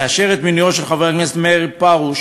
לאשר את מינויו של חבר הכנסת מאיר פרוש